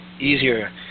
easier